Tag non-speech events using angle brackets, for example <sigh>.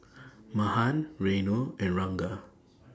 <noise> Mahan Renu and Ranga